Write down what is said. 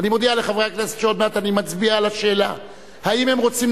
אני מודיע לחברי הכנסת שעוד מעט אני מצביע על השאלה: האם הם רוצים